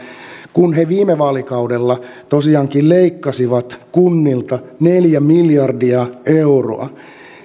kun he viime vaalikaudella tosiaankin leikkasivat kunnilta neljä miljardia euroa